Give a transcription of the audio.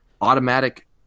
automatic